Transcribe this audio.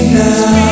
now